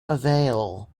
avail